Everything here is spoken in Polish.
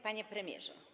Panie Premierze!